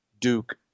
Duke